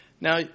Now